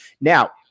Now